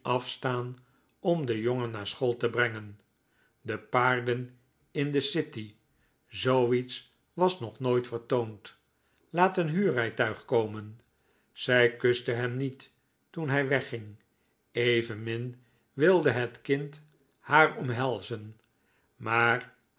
afstaan om den jongen naar school te brengen de paarden in de city zooiets was nog nooit vertoond laat een huurrijtuig komen zij kuste hem niet toen hij wegging evenmin wilde het kind haar omhelzen maar